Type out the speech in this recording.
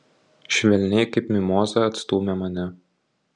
švelniai kaip mimozą atstūmė mane